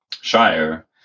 Shire